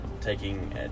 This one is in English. taking